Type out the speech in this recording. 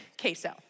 queso